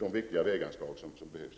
de viktiga vägarbeten som behövs.